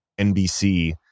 NBC